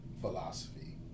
philosophy